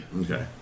Okay